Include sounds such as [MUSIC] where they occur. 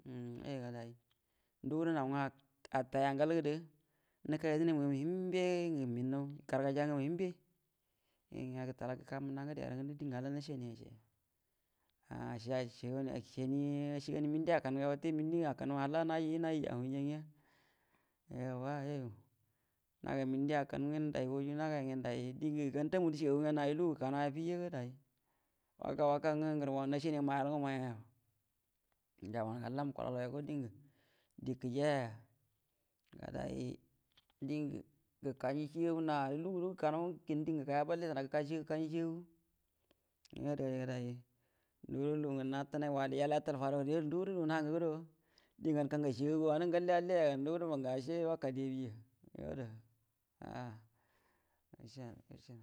Um ndu gudo naugwə atay angəal gərə nəka yedənami ngamu hiembe nə mhənnaw gargaja ngamu hiembe ngəa’ga alla kərran mənna ngəde yarə ngəndə, diengə hall nacəanie [HESITATION] ac, ace aciegani mənti akan ga wate mənti akan halla naji yu naji yu hujja gəa yuo gora yuoyu naga mənti akan gyen day wajju naga yan day diengə gan tambudu ciegagugəa, dəngə nayu lugu gəkə naw ya afiya ga day, waka, waka ngwə ngəra nacəani ga mayyel ngwə wumayel muya dien jaban gə halla mukulalau yago dəngə die kəjiya ga də dəngal, gal kanjue cəagagu die ngə narə lugu guəro gə kamjunaw ngwə kindəngə gəkaya ballen tana na cəagagu, yuo ada da day ndugwo, wali yatal faday radəo gərə lugun nhan guəro diengu gankan gai cəagagu galle alliya ga, ndugudo məngə ace waka die abi ya yuo ada ah. [UNINTELLIGIBLE]